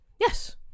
Yes